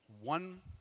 one